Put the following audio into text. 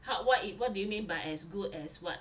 hu~ what i~ what do you mean by as good as what